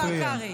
השר קרעי.